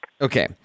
Okay